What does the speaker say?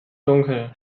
dunkel